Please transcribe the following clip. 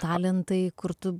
talentai kur tu